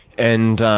and